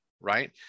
right